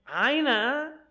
aina